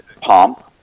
pomp